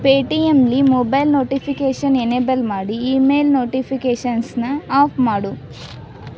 pay ಟಿ ಎಮ್ಲಿ mobile notification enable ಮಾಡಿ ಇ ಮೇಲ್ ನೋಟಿಫಿಕೇಷನ್ಸ್ನ ಆಫ್ ಮಾಡು